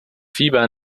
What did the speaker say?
fieber